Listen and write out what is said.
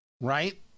right